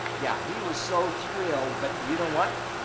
yeah, he was so thrilled but you know what?